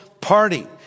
party